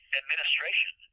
administration